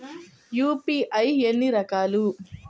UPI ఎన్ని రకాలు?